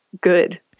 good